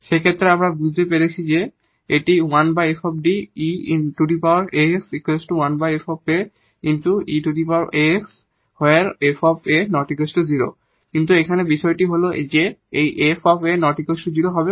সেক্ষেত্রে আমরা বুঝতে পেরেছি যে এটি where 𝑓𝑎 ≠ 0 কিন্তু এখানে এই বিষয় ছিল যে এই 𝑓 𝑎 ≠ 0 হবে